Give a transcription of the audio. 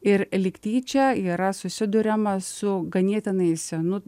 ir lyg tyčia yra susiduriama su ganėtinai senu